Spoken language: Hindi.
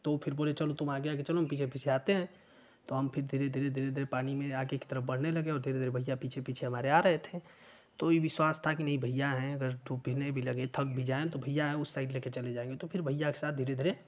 तो फिर बोले चलो तुम आगे आगे चलो हम पीछे पीछे आते हैं तो फिर हम धीरे धीरे धीरे धीरे पानी में आगे की तरफ बढ़ने लगे और धीरे धीरे भैया हमारे पीछे पीछे आ रहे थे तो ये हमें विश्वास था कि नहीं भैया हैं गर डूबने भी लगे थक भी जायें तो या उस साइड ले कर चले जाएंगे तो फिर भैया के साथ धीरे धीरे